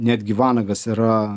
netgi vanagas yra